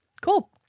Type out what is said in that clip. Cool